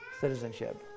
citizenship